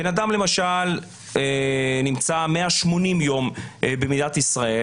בן אדם למשל נמצא 180 יום במדינת ישראל,